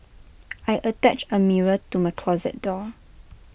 I attached A mirror to my closet door